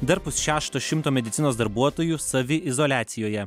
dar pusšešto šimto medicinos darbuotojų saviizoliacijoje